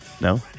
No